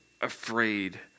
afraid